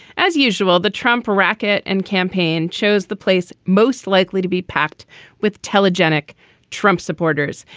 as usual, the trump racket and campaign chose the place most likely to be packed with telegenic trump supporters.